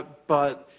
but,